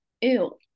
ew